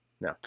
No